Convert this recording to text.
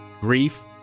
grief